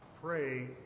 pray